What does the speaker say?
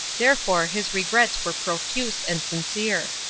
therefore his regrets were profuse and sincere.